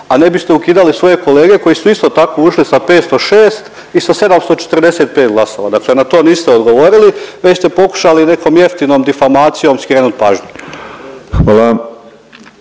a ne biste ukidali svoje kolege koji su isto tako ušli sa 506 i sa 745 glasova, dakle na to niste odgovorili već ste pokušali nekom jeftinom difamacijom skrenut pažnju.